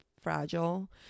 fragile